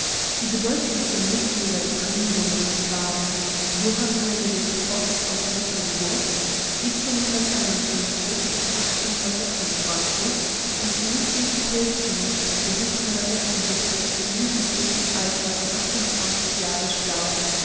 die bedeutendsten mitglieder des hainbundes waren johann heinrich voß aus mecklenburg und ludwig hölty der im jugendlichen alter von achtundzwanzig jahren starb